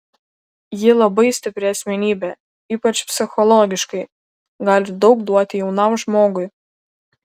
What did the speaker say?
ji labai stipri asmenybė ypač psichologiškai gali daug duoti jaunam žmogui